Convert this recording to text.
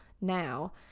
now